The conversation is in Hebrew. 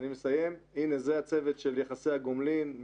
זה הצוות של יחסי הגומלין,